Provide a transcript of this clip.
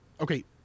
Okay